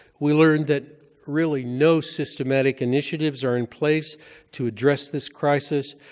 we learned that really no systematic initiatives are in place to address this crisis.